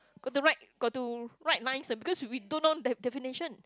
got to write got to write nice ah because we don't know their definition